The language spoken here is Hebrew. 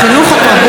לקריאה ראשונה,